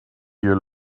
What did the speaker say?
you